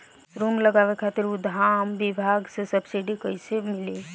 Mushroom लगावे खातिर उद्यान विभाग से सब्सिडी कैसे मिली?